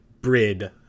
brid